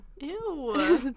Ew